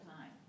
time